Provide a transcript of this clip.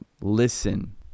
listen